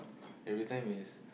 everytime is